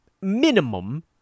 minimum